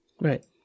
Right